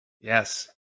Yes